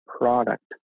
product